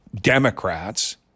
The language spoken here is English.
Democrats